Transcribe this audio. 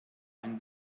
ein